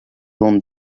one